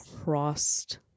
crossed